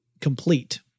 complete